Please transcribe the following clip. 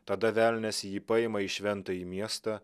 tada velnias jį paima į šventąjį miestą